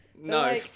No